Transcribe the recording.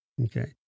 Okay